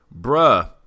Bruh